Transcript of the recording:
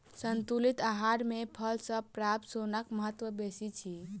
संतुलित आहार मे फल सॅ प्राप्त सोनक महत्व बेसी अछि